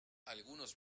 algunos